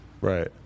Right